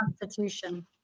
constitution